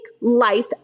life